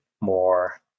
more